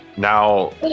Now